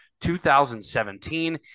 2017